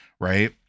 right